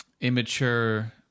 immature